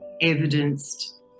evidenced